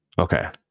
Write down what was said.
okay